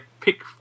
pick